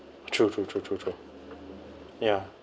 true true true true true ya